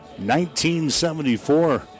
1974